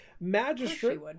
Magistrate